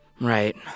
Right